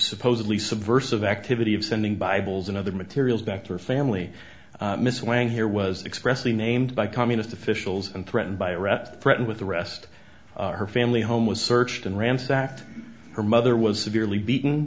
supposedly subversive activity of sending bibles and other materials back to her family miss wang here was expressly named by communist officials and threatened by arrests threatened with arrest her family home was searched and ransacked her mother was severely beaten